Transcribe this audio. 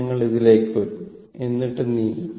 ഞങ്ങൾ ഇതിലേക്ക് വരും എന്നിട്ടു നീങ്ങും